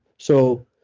so,